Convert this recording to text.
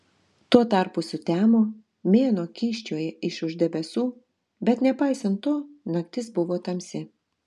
tuo tarpu sutemo mėnuo kyščiojo iš už debesų bet nepaisant to naktis buvo tamsi